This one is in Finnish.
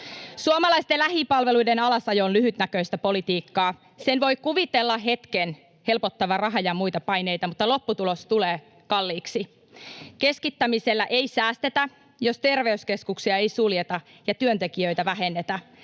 Suomalaisten lähipalveluiden alasajo on lyhytnäköistä politiikkaa. Sen voi kuvitella hetken helpottavan raha- ja muita paineita, mutta lopputulos tulee kalliiksi. Keskittämisellä ei säästetä, jos terveyskeskuksia ei suljeta ja työntekijöitä vähennetä,